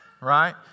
Right